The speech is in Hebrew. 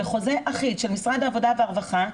בחוזה אחיד של משרד העבודה והרווחה,